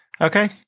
okay